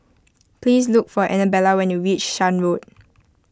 please look for Annabella when you reach Shan Road